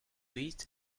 eat